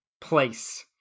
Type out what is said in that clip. Place